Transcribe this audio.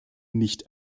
nicht